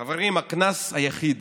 חברים, הקנס היחיד